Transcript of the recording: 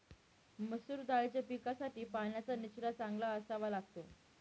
मसूर दाळीच्या पिकासाठी पाण्याचा निचरा चांगला असावा लागतो